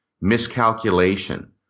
miscalculation